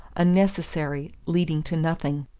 unnecessary, leading to nothing.